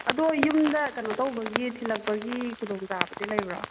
ꯑꯗꯣ ꯌꯨꯝꯗ ꯀꯩꯅꯣꯇꯧꯕꯒꯤ ꯊꯤꯂꯛꯄꯒꯤ ꯈꯨꯗꯣꯡ ꯆꯥꯕꯗꯤ ꯂꯩꯕ꯭ꯔꯣ